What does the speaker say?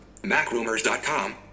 Macrumors.com